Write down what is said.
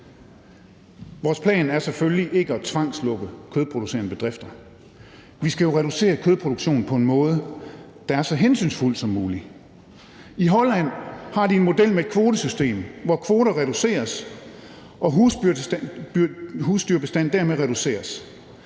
Vores plan er selvfølgelig ikke at tvangslukke kødproducerende bedrifter. Vi skal jo reducere kødproduktionen på en måde, der er så hensynsfuld som muligt. I Holland har de en model med et kvotesystem, hvor kvoter reduceres og husdyrbestanden dermed reduceres.